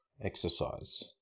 exercise